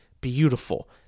beautiful